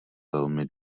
velmi